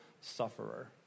sufferer